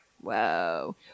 whoa